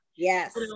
Yes